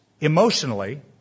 emotionally